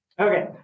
Okay